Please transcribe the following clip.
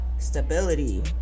stability